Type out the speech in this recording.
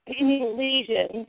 lesions